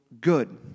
good